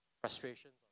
frustrations